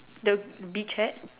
the beach hat